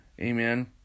Amen